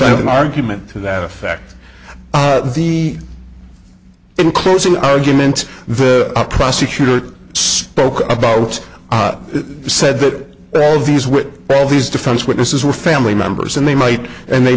an argument to that effect the in closing argument the prosecutor spoke about was said that all of these with all these defense witnesses were family members and they might and they